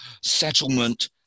settlement